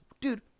Dude